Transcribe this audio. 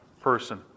person